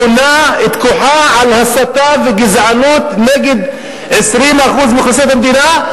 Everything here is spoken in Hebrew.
שבונה את כוחה על הסתה וגזענות נגד 20% מאוכלוסיית המדינה,